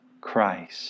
Christ